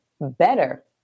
better